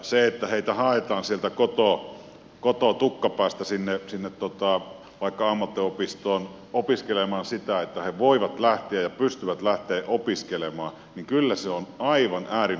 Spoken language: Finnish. se että heitä haetaan sieltä kotoa tukkapäästä vaikka sinne ammattiopistoon opiskelemaan sitä että he voivat lähteä ja pystyvät lähtemään opiskelemaan on kyllä aivan äärimmäisen tärkeätä